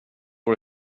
får